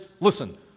Listen